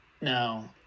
No